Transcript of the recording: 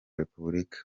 repubulika